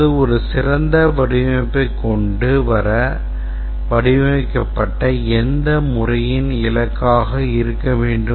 அல்லது ஒரு சிறந்த வடிவமைப்பைக் கொண்டு வர வடிவமைக்கப்பட்ட எந்த முறையின் இலக்காக இருக்க வேண்டும்